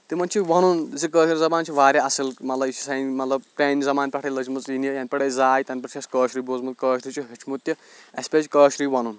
تِمن چھُ وَنُن زِ کٲشِر زَبان چھِ واریاہ اَصٕل مطلب یہِ چھِ سانہِ مطلب پرانہِ زَمانہٕ پٮ۪ٹھٕے لٔجمٕژ یہِ نہِ ینہٕ پٮ۪ٹھ أسۍ زاے تَنہٕ پٮ۪ٹھ چھُ اَسہِ کٲشرُے بوٗزمُت کٲشرُے چھُ ہٮ۪وچھمُت تہِ اَسہِ پَزِ کٲشرُے وَنُن